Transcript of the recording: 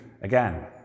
again